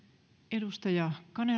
arvoisa